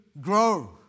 Grow